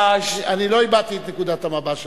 אני לא הבעתי את נקודת המבט שלך,